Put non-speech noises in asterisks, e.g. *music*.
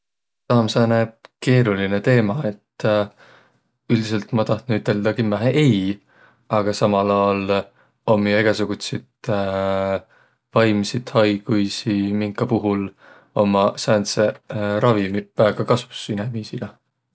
Taa om sääne keerolinõ teema, et üldiselt ma tahtnuq kimmähe üteldäq ei, aga samal aol om jo egäsugutsit *hesitation* vaimsit haiguisi, minka puhul ommaq sääntseq *hesitation* ravimiq väega kasus inemiisile.